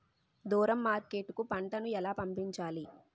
దూరం మార్కెట్ కు పంట ను ఎలా పంపించాలి?